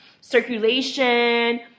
circulation